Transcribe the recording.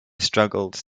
struggled